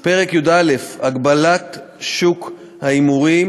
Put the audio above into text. פרק י"א (הגבלת שוק ההימורים),